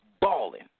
balling